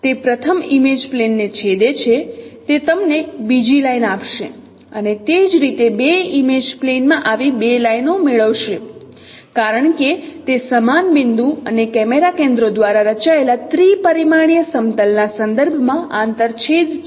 તે પ્રથમ image plane ને છેદે છે તે તમને બીજી લાઇન આપશે અને તે જ રીતે બે ઇમેજ પ્લેન માં આવી બે લાઇનો મેળવશે કારણ કે તે સમાન બિંદુ અને કેમેરા કેન્દ્રો દ્વારા રચાયેલા ત્રિ પરિમાણીય સમતલ ના સંદર્ભ માં આંતર છેદ છે